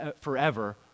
forever